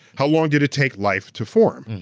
how long did it take life to form?